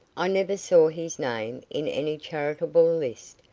i never saw his name in any charitable list,